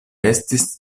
estis